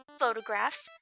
photographs